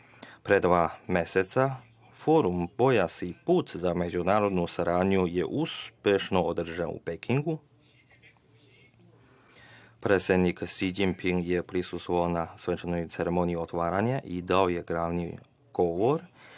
Pre dva meseca Forum „Pojas i put za međunarodnu saradnju“ je uspešno održan u Pekingu. Predsednik Si Đinping je prisustvovao na svečanoj ceremoniji otvaranja i održao je govor